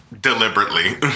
Deliberately